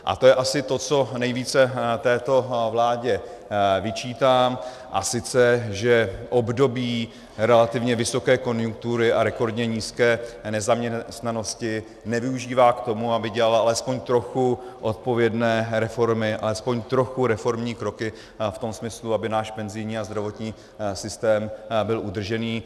A to je asi to, co nejvíce této vládě vyčítám, a sice že období relativně vysoké konjunktury a rekordně nízké nezaměstnanosti nevyužívá k tomu, aby dělala alespoň trochu odpovědné reformy, alespoň trochu reformní kroky v tom smyslu, aby náš penzijní a zdravotní systém byl udržený.